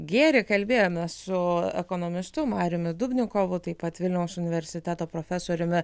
gėrį kalbėjomės su ekonomistu mariumi dubnikovu taip pat vilniaus universiteto profesoriumi